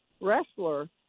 wrestler